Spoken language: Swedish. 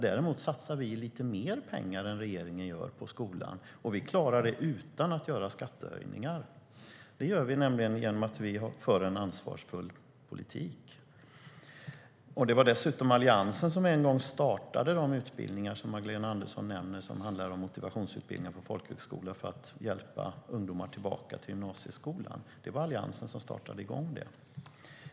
Däremot satsar vi lite mer pengar på skolan än vad regeringen gör, och vi klarar det utan att göra skattehöjningar. Vi gör det nämligen genom att föra en ansvarsfull politik. Det var dessutom Alliansen som en gång startade de utbildningar Magdalena Andersson nämner, alltså motivationsutbildningar på folkhögskola för att hjälpa ungdomar tillbaka till gymnasieskolan. Det var Alliansen som satte igång det.